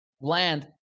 Land